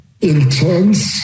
intense